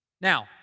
Now